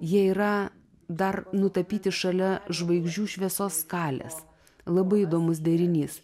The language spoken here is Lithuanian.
jie yra dar nutapyti šalia žvaigždžių šviesos skalės labai įdomus derinys